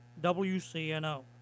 WCNO